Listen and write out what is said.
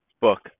book